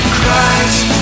Christ